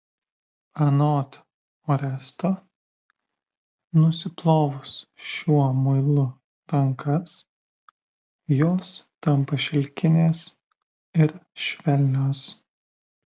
anot oresto nusiplovus šiuo muilu rankas jos tampa šilkinės ir švelnios